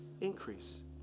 Increase